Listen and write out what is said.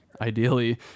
ideally